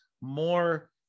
more